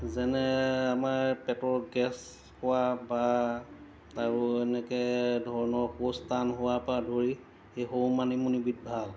যেনে আমাৰ পেটৰ গেছ খোৱা বা আৰু এনেকুৱা ধৰণৰ শৌচ টান হোৱা পৰা ধৰি সেই সৰু মানিমুনিবিধ ভাল